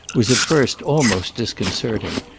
was at first almost disconcerting,